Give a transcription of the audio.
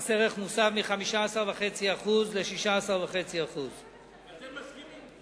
מס ערך מוסף מ- 15.5% ל- 16.5%. אתם מסכימים,